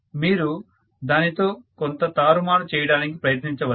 మీరు దానితో కొంత తారుమారు చేయడానికి ప్రయత్నించవచ్చు